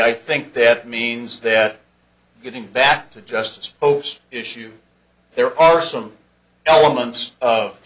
i think that means that getting back to justice post issue there are some elements of